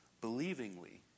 believingly